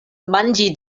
manĝi